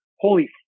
holy